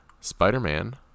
Spider-Man